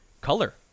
color